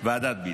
ועדת ביטון.